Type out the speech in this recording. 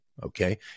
Okay